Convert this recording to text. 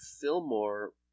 Fillmore